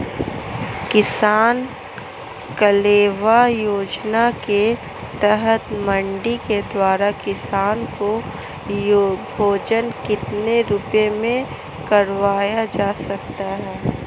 किसान कलेवा योजना के तहत मंडी के द्वारा किसान को भोजन कितने रुपए में करवाया जाता है?